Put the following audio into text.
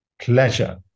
Pleasure